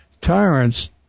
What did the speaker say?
tyrants